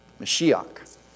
Mashiach